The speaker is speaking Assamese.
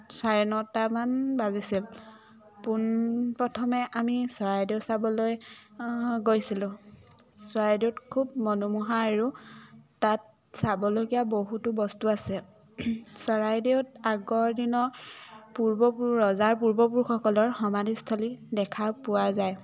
চাৰে নটামান বাজিছিল পোনপ্ৰথমে আমি চৰাইদেউ চাবলৈ গৈছিলোঁ চৰাইদেউত খুব মনোমোহা আৰু তাত চাবলগীয়া বহুতো বস্তু আছে চৰাইদেউত আগৰ দিনৰ পূৰ্বপুৰু ৰজাৰ পূৰ্বপুৰুষসকলৰ সমাধিস্থলী দেখা পোৱা যায়